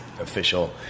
official